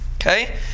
Okay